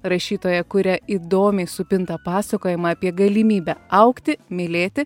rašytoja kuria įdomiai supintą pasakojimą apie galimybę augti mylėti